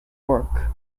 work